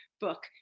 book